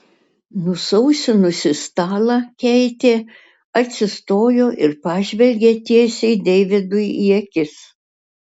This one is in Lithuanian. nusausinusi stalą keitė atsistojo ir pažvelgė tiesiai deividui į akis